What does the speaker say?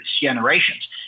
generations